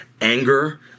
anger